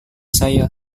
saya